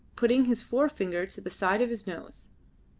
putting his forefinger to the side of his nose.